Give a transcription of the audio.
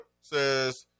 says